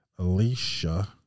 Alicia